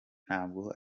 ntabwo